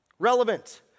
Relevant